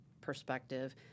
perspective